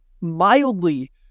mildly